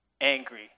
angry